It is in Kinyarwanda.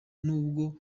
nubwo